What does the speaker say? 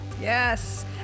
Yes